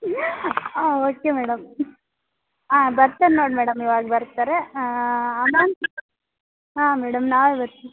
ಹ್ಞೂ ಹಾಂ okay madam ಹಾಂ ಬರ್ತರೆ ನೋಡಿ ಮೇಡಮ್ ಇವಾಗ ಬರ್ತಾರೆ ಹಾಂ ಅಮೌಂಟು ಹಾಂ ಮೇಡಮ್ ನಾವೇ ಬರ್ತೀವಿ